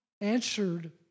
answered